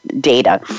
data